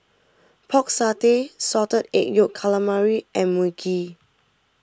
Pork Satay Salted Egg Yolk Calamari and Mui Kee